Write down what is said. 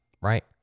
right